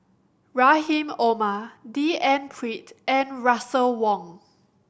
Rahim Omar D N Pritt and Russel Wong